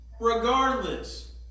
regardless